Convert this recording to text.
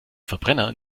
verbrenner